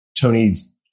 tony's